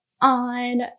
on